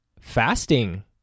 fasting